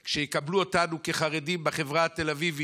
כשיקבלו אותנו כחרדים בחברה התל אביבית